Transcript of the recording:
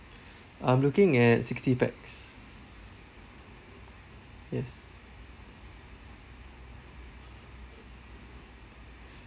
I'm looking at sixty pax yes